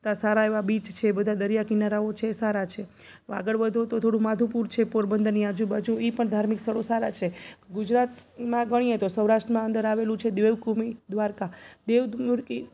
તા સારા એવા બીચ છે બધા દરિયા કિનારાઓ છે એ સારા છે આગળ વધો તો થોડું માધવપુર છે પોરબંદરની આજુબાજુ એ પણ ધાર્મિક સ્થળો સારા છે ગુજરાતમાં ગણીએ તો સૌરાષ્ટ્રમાં અંદર આવેલું છે દેવભૂમિ દ્વારકા દેવદ મુરકી